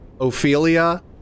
Ophelia